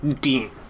Dean